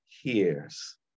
hears